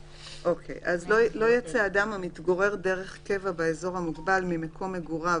(1)לא יצא אדם המתגורר דרך קבע באזור המוגבל ממקום מגוריו